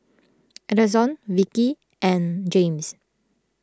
Elonzo Vikki and James